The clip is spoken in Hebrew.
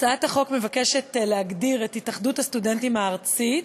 הצעת החוק מבקשת להגדיר את התאחדות הסטודנטים הארצית